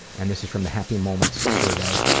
and this is from the happy moments survey.